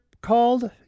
called